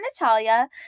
Natalia